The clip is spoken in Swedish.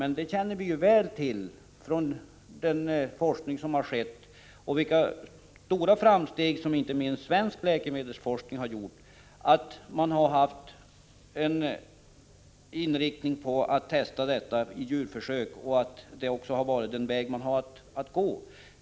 Men vi känner väl till vilka stora framsteg som inte minst svensk läkemedelsforskning har gjort och att man inom forskningen har varit inriktad på att använda sig av djurförsök.